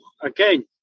Again